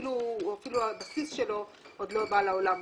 שאפילו הבסיס שלו עוד לא בא לעולם,